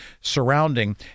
surrounding